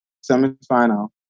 semi-final